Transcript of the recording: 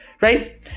right